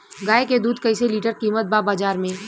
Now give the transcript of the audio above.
गाय के दूध कइसे लीटर कीमत बा बाज़ार मे?